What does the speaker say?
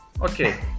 Okay